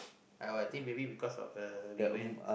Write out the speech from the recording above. uh I think maybe because of the we went